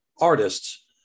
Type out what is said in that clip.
artists